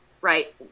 right